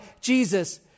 Jesus